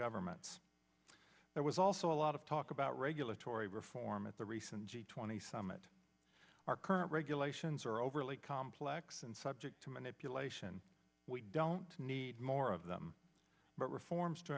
governments there was also a lot of talk about regulatory reform at the recent g twenty summit our current regulations are overly complex and subject to manipulation we don't need more of them but reforms to